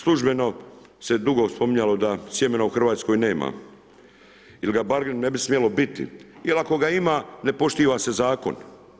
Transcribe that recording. Službeno se dugo spominjalo da sjemena u Hrvatskoj nema ili ga barem ne bi smjelo biti jel ako ga ima ne poštiva se zakon.